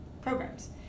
programs